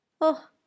Oh